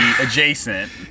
adjacent